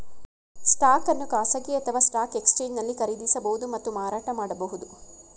stock ಅನ್ನು ಖಾಸಗಿ ಅಥವಾ ಸ್ಟಾಕ್ ಎಕ್ಸ್ಚೇಂಜ್ನಲ್ಲಿ ಖರೀದಿಸಬಹುದು ಮತ್ತು ಮಾರಾಟ ಮಾಡಬಹುದು